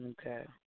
Okay